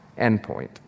endpoint